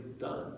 done